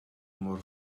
mor